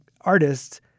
artists